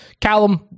callum